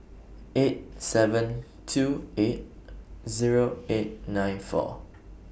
eight seven two eight Zero eight nine four